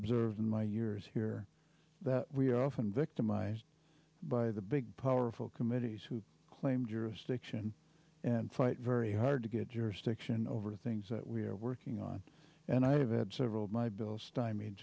observe in my years here that we often victimized by the big powerful committees who claim jurisdiction and fight very hard to get jurisdiction over things that we are working on and i have had several of my bills stymied